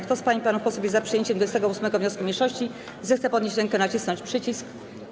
Kto z pań i panów posłów jest za przyjęciem 28. wniosku mniejszości, zechce podnieść rękę i nacisnąć przycisk.